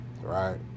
right